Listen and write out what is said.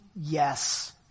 yes